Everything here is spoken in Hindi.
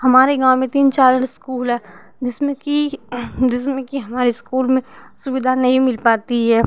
हमारे गाँव में तीन चार इस्कूल है जिसमें कि जिसमें कि हमारे इस्कूल में सुविधा नहीं मिल पाती है